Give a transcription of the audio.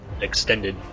extended